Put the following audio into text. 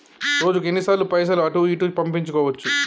రోజుకు ఎన్ని సార్లు పైసలు అటూ ఇటూ పంపించుకోవచ్చు?